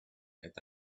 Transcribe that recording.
that